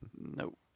Nope